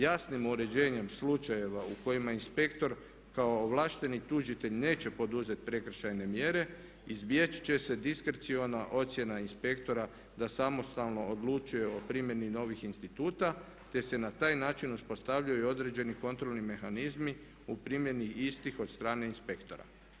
Jasnim uređenjem slučajeva u kojima inspektor kao ovlašteni tužitelj neće poduzeti prekršajne mjere izbjeći će se diskreciona ocjena inspektora da samostalno odlučuje o primjeni novih instituta, te se na taj način uspostavljaju i određeni kontrolni mehanizmi u primjeni istih od strane inspektora.